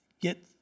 get